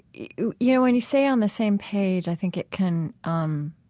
you you know, when you say on the same page, i think it can um